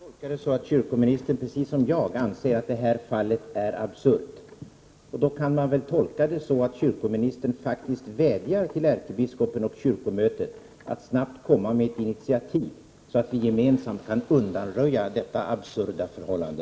Herr talman! Jag tolkar detta så att kyrkoministern precis som jag anser att det fall jag tagit upp är absurt. Då kan jag väl också tolka svaret så att kyrkoministern faktiskt vädjar till ärkebiskopen och kyrkomötet att snabbt komma med ett initiativ så att vi gemensamt kan undanröja detta absurda förhållande.